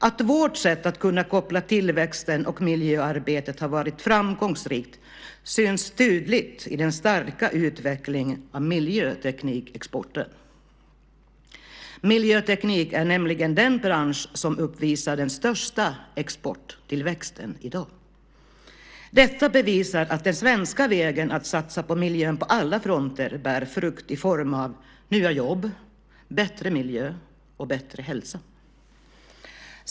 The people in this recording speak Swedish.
Att vårt sätt att kunna koppla tillväxten till miljöarbetet har varit framgångsrikt syns tydligt i den starka utvecklingen av miljöteknikexporten. Miljöteknik är nämligen den bransch som uppvisar den största exporttillväxten i dag. Detta bevisar att den svenska vägen att satsa på miljön på alla fronter bär frukt i form av nya jobb, bättre miljö och bättre hälsa.